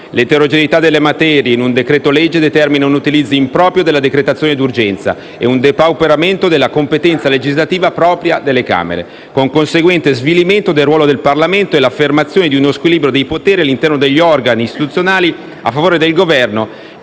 l'eterogeneità delle materie in un decreto-legge determina un utilizzo improprio della decretazione d'urgenza e un depauperamento della competenza legislativa propria delle Camere, con conseguente svilimento del ruolo del Parlamento e l'affermazione di uno squilibrio dei poteri all'interno degli organi istituzionali a favore del Governo,